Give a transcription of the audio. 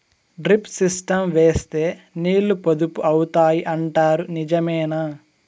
Drip system వేస్తే నీళ్లు పొదుపు అవుతాయి అంటారు నిజమేనా?